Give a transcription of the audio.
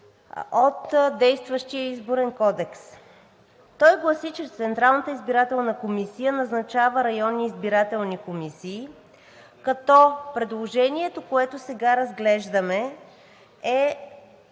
от действащия Изборен кодекс. Той гласи, че „Централната избирателна комисия назначава районни избирателни комисии“, като предложението, което сега разглеждаме, е